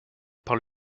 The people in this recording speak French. par